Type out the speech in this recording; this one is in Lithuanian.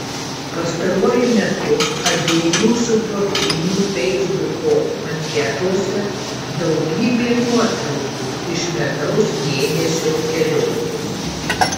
pastaruoju metu abiejų sutuoktinių feisbuko anketose daugybė nuotraukų iš medaus mėnesio kelionės